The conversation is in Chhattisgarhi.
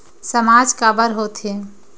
सामाज काबर हो थे?